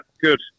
good